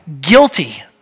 guilty